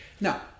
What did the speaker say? Now